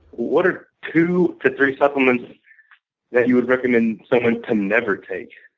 what are two to three supplements that you would recommend someone to never take?